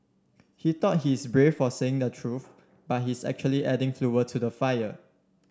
he thought he's brave for saying the truth but he's actually adding fuel to the fire